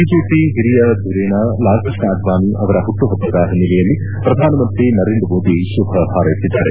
BJP ಹಿರಿಯ ಧುರೀಣ ಲಾಲ್ಕೃಷ್ಣ ಅಡ್ವಾಣಿ ಅವರ ಹುಟ್ಟುಹಬ್ಬದ ಹಿನ್ನೆಲೆಯಲ್ಲಿ ಪ್ರಧಾನಮಂತ್ರಿ ನರೇಂದ್ರ ಮೋದಿ ಶುಭ ಹಾರ್ಸೆಸಿದ್ದಾರೆ